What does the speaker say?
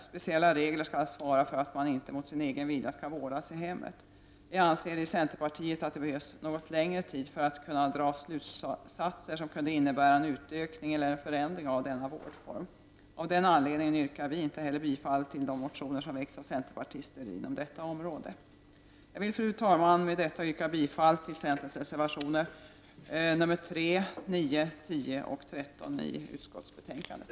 Speciella regler skall garantera att man inte vårdas i hemmet mot sin vilja. Centern anser att det behövs något längre tid för att vi skall kunna dra slutsatser om huruvida vi skall utöka eller på annat sätt förändra denna vårdform. Av den anledningen yrkar vi inte heller bifall till de motioner som väckts av centerpartister i dessa frågor. Fru talman! Jag yrkar med detta bifall till centerns reservationer nr 3, 9, 10 och 13 i utskottsbetänkandet.